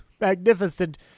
magnificent